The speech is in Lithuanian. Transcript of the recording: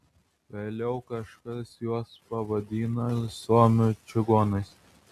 vėliau kažkas juos pavadina suomių čigonais